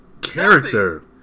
character